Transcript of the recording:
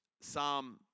Psalm